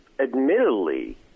admittedly